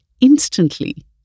instantly